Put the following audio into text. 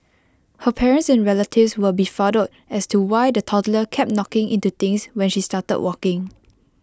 her parents and relatives were befuddled as to why the toddler kept knocking into things when she started walking